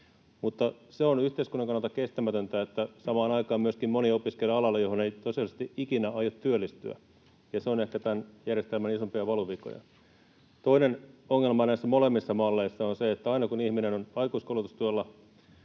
Mutta se on yhteiskunnan kannalta kestämätöntä, että samaan aikaan myöskin moni opiskelee alalle, johon ei tosiasiallisesti ikinä aio työllistyä, ja se on ehkä tämän järjestelmän isoimpia valuvikoja. Toinen ongelma näissä molemmissa malleissa on se, että aina kun ihminen on aikuiskoulutustuella